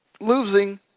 losing